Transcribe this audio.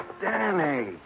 Danny